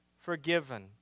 forgiven